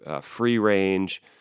free-range